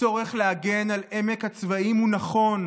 הצורך להגן על עמק הצבאים הוא נכון,